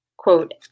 Quote